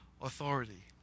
authority